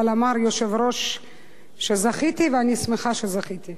אבל אמר היושב-ראש שזכיתי, ואני שמחה שזכיתי.